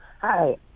Hi